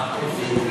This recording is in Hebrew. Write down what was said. הגורמים